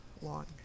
long